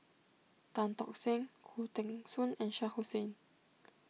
Tan Tock Seng Khoo Teng Soon and Shah Hussain